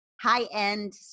high-end